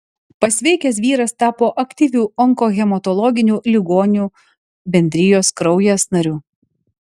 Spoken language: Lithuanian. pasveikęs vyras tapo aktyviu onkohematologinių ligonių bendrijos kraujas nariu